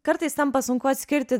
kartais tampa sunku atskirti